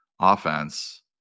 offense